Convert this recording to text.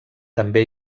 també